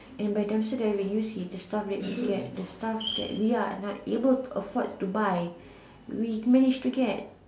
and by dumpster diving you see the stuff that we get the stuff that we are not able to afford to buy we manage to get